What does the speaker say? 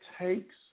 takes